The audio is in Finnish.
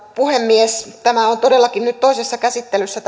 puhemies tämä kuntakokeilua koskeva laki on todellakin nyt toisessa käsittelyssä